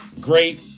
great